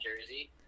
jersey